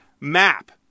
map